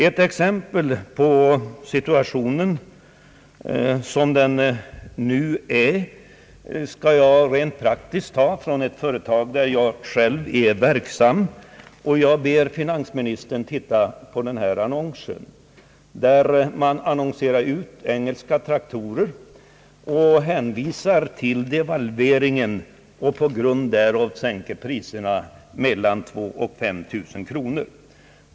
Ett exempel på situationen som den nu är skall jag ta från ett företag där jag är verksam. Jag ber finansministern att titta på den annons som jag här har med mig. Man annonserar där ut engelska traktorer och hänvisar till devalveringen och till att man på grund därav sänker priserna mellan 2 000 och 5 000 kronor.